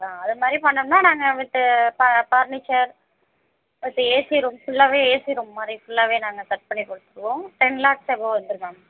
ஆ அது மாதிரி பண்ணணுன்னால் நாங்கள் வித்து ப பர்னிச்சர் வித் ஏசி ரூம் ஃபுல்லாகவே ஏசி ரூம் மாதிரி ஃபுல்லாகவே நாங்கள் செட் பண்ணிக்கொடுத்துருவோம் டென் லேக்ஸ் எபோவ் வந்துடும் மேம்